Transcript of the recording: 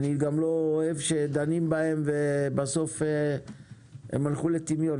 אני גם לא אוהב שדנים בהן ובסוף הלכו לטמיון.